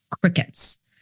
crickets